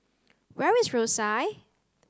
where is Rosyth